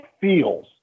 feels